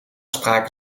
sprake